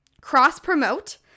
cross-promote